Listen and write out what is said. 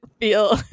feel